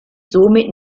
somit